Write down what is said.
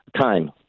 time